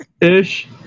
Ish